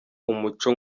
umuco